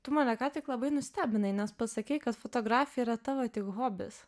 tu mane ką tik labai nustebinai nes pasakei kad fotografija yra tavo tik hobis